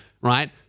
right